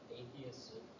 atheists